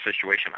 situation